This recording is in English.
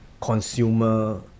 consumer